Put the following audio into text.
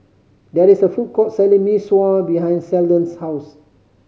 there is a food court selling Mee Sua behind Seldon's house